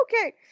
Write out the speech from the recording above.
Okay